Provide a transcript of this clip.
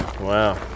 Wow